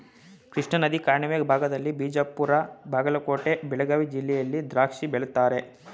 ಕೃಷ್ಣಾನದಿ ಕಣಿವೆ ಭಾಗದಲ್ಲಿ ಬಿಜಾಪುರ ಬಾಗಲಕೋಟೆ ಬೆಳಗಾವಿ ಜಿಲ್ಲೆಯಲ್ಲಿ ದ್ರಾಕ್ಷಿ ಬೆಳೀತಾರೆ